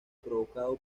provocado